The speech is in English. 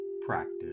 practice